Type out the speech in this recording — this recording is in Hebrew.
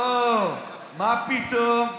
לא, מה פתאום.